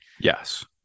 Yes